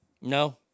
No